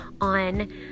on